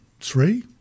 three